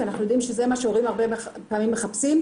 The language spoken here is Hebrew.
כי אנחנו יודעים שזה מה שהורים הרבה פעמים מחפשים,